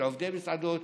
של עובדי מסעדות,